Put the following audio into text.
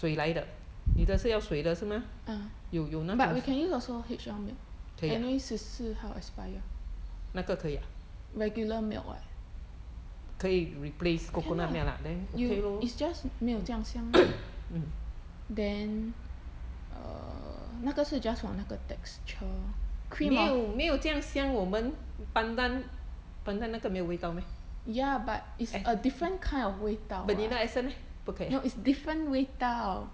ah but we can use also H_L milk anyway 十四号 expire regular milk [what] can ah you is just 没有这样香 then uh 那个是 just for 那个 texture cream ah ya but is a different kind of 味道 [what] no is different 味道